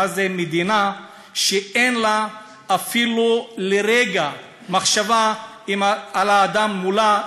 מה זה מדינה שאין לה אפילו לרגע מחשבה על האדם מולה,